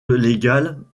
légale